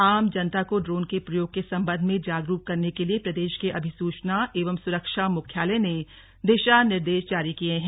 आम जनता को ड्रोन के प्रयोग के संबंध में जागरूक करने के लिए प्रदेश के अभिसूचना एवं सुरक्षा मुख्यालय दिशा ने निर्देश जारी किए हैं